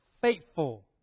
faithful